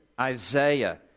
Isaiah